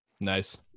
nice